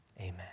Amen